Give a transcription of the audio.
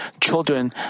children